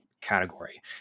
category